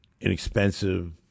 inexpensive